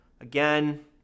again